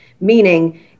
meaning